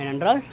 ஏனென்றால்